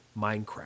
Minecraft